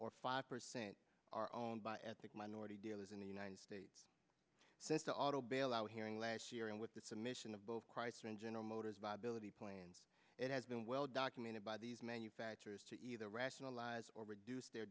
or five percent are owned by ethnic minority dealers in the united states since the auto bailout hearing last year and with the submission of both chrysler and general motors viability plan it has been well documented by these manufacturers to either rationalize or reduce their